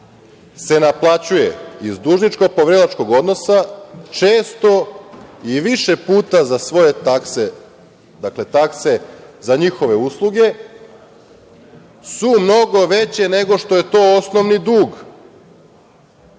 se naplaćuje iz dužničko-poverilačkog odnosa, često i više puta za svoje takse, dakle takse za njihove usluge su mnogo veće nego što je to osnovni dug.